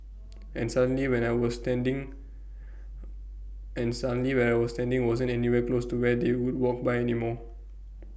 and suddenly where I was standing and suddenly where I was standing wasn't anywhere close to where they would walk by anymore